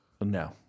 no